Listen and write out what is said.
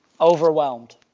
overwhelmed